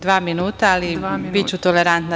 Dva minuta, ali biću tolerantna.